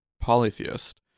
polytheist